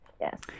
Yes